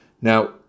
Now